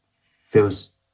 feels